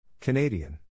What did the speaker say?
Canadian